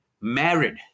married